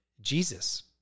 Jesus